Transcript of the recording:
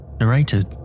narrated